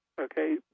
Okay